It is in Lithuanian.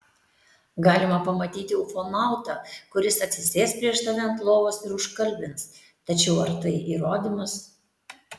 galima pamatyti ufonautą kuris atsisės prieš tave ant lovos ir užkalbins tačiau ar tai įrodymas